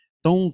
Então